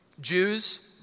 Jews